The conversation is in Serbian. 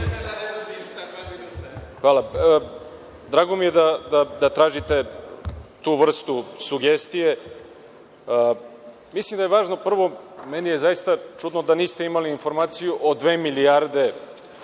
Hvala. Drago mi je da tražite tu vrstu sugestije. Mislim da je važno, prvo, meni je zaista čudno da niste imali informaciju o dve milijarde